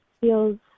feels